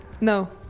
No